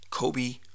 Kobe